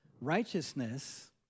righteousness